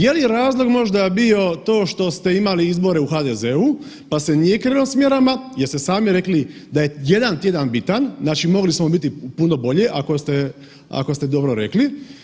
Je li razlog možda bio to što ste imali izbore u HDZ-u pa se nije krenulo s mjerama jer ste sami rekli da je jedan tjedan bitan, znači mogli smo biti puno bolje, ako ste dobro rekli.